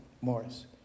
Morris